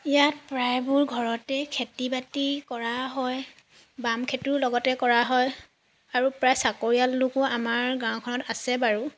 ইয়াত প্ৰায়বোৰ ঘৰতে খেতি বাতি কৰা হয় বাম খেতিও লগতে কৰা হয় আৰু প্ৰায় চাকৰিয়াল লোকো আমাৰ গাঁওখনত আছে বাৰু